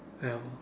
um